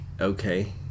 okay